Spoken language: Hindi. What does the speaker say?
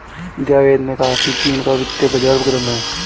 जावेद ने कहा कि चीन का वित्तीय बाजार गर्म है